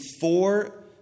four